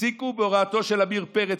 הפסיקו בהוראתו של עמיר פרץ,